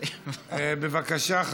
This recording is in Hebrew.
בבקשה,